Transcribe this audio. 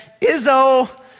Izzo